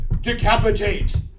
decapitate